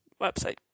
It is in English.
website